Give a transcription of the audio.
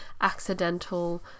accidental